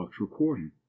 recording